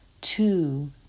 two